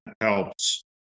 helps